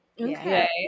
Okay